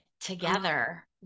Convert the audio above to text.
together